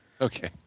Okay